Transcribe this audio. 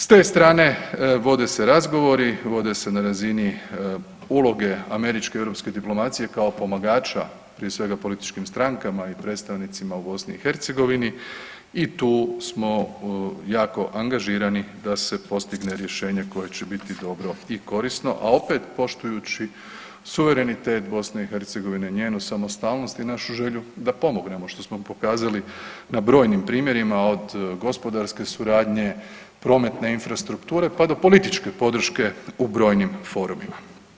S te strane vode se razgovori, vode se na razini uloge američke i europske diplomacije kao pomagača prije svega političkim strankama i predstavnicima u BiH i tu smo jako angažirani da se postigne rješenje koje će biti dobro i korisno, a opet poštujući suverenitet BiH njenu samostalnost i našu želju da pomognemo što smo pokazali na brojnim primjerima od gospodarske suradnje, prometne infrastrukture pa do političke podrške u brojnim forumima.